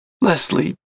Leslie